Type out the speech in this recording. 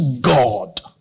God